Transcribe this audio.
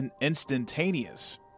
instantaneous